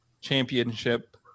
championship